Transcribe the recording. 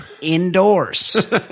Indoors